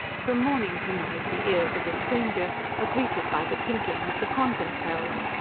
from morning to night the ears of a stranger are greeted by the tinkling of the convent bells,